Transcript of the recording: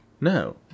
no